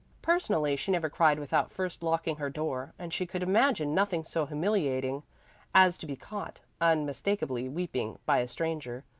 personally she never cried without first locking her door, and she could imagine nothing so humiliating as to be caught, unmistakably weeping, by a stranger.